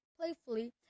playfully